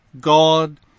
God